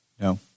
No